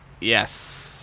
Yes